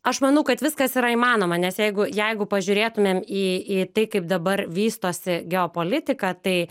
aš manau kad viskas yra įmanoma nes jeigu jeigu pažiūrėtumėm į į tai kaip dabar vystosi geopolitika tai